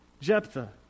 Jephthah